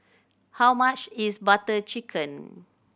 how much is Butter Chicken